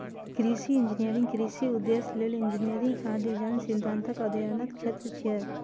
कृषि इंजीनियरिंग कृषि उद्देश्य लेल इंजीनियरिंग आ डिजाइन सिद्धांतक अध्ययनक क्षेत्र छियै